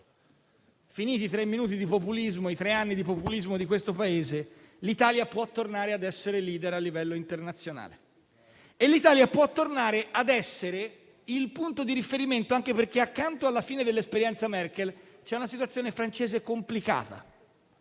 finiti i tre anni di populismo di questo Paese, l'Italia può tornare ad essere *leader* a livello internazionale e il punto di riferimento anche perché, accanto alla fine dell'esperienza Merkel, ci sono una situazione francese complicata